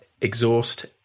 exhaust